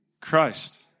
Christ